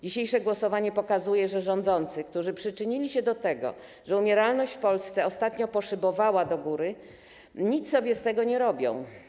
Dzisiejsze głosowanie pokazuje, że rządzący, którzy przyczynili się do tego, że umieralność w Polsce ostatnio poszybowała do góry, nic sobie z tego nie robią.